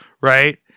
Right